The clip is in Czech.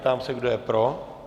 Ptám se, kdo je pro.